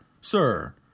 sir